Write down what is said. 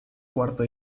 cuarto